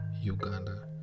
Uganda